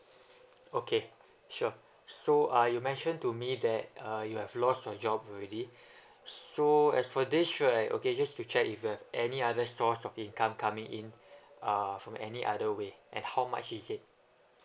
okay sure so uh you mentioned to me that uh you have lost your job already so as for this right just to check if you have any other source of income coming in uh from any other way and how much is it